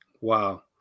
Wow